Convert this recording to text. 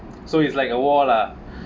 so it's like a wall lah